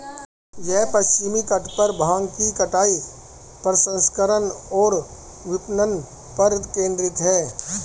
यह पश्चिमी तट पर भांग की कटाई, प्रसंस्करण और विपणन पर केंद्रित है